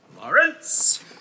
Lawrence